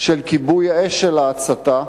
של כיבוי האש של ההצתה,